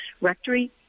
rectory